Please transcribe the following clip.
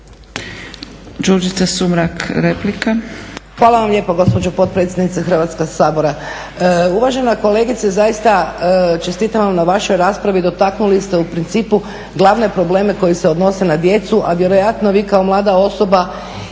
Hvala vam lijepa gospođo potpredsjednice Hrvatskoga sabora. Uvažena kolegice zaista čestitam vam na vašoj raspravi, dotaknuli ste u principu glavne probleme koji se odnose na djecu a vjerojatno vi kao mlada osoba